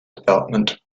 development